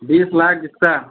बीस लाख बिस्सा